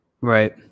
Right